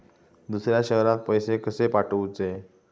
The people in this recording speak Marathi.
दुसऱ्या शहरात पैसे कसे पाठवूचे?